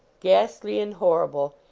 ghastly and horrible,